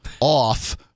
off